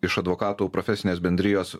iš advokatų profesinės bendrijos